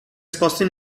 esposti